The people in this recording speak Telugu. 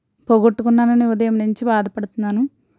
పోగొట్టుకున్నాను అని ఉదయం నుంచి బాధపడుతున్నాను